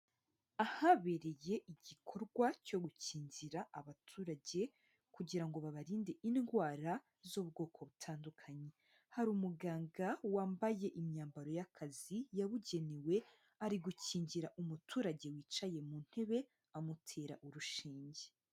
Ahabereye igikorwa cyo gukingira abaturage kugira ngo babarinde indwara z'ubwoko butandukanye. Hari umuganga wambaye imyambaro y'akazi yabugenewe ari gukingira umuturage wicaye mu ntebe amutera urushinge.